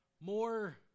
more